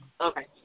Okay